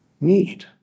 need